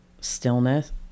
stillness